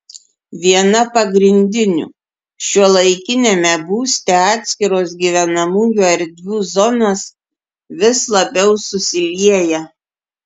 viena pagrindinių šiuolaikiniame būste atskiros gyvenamųjų erdvių zonos vis labiau susilieja